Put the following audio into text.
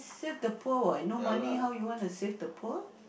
save the poor what no money how you wanna save the poor